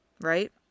right